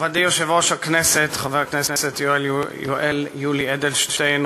מכובדי יושב-ראש הכנסת חבר הכנסת יואל יולי אדלשטיין,